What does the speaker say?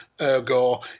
Ergo